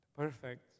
Perfect